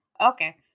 Okay